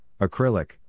acrylic